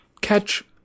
catch